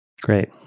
Great